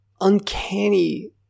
uncanny